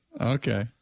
Okay